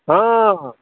हँ हँ